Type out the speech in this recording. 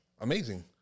amazing